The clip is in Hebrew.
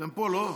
אתם פה, לא?